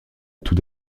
tout